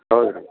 ಹೌದು ರೀ